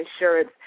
insurance